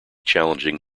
challenging